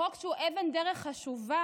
חוק שהוא אבן דרך חשובה